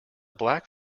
black